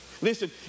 Listen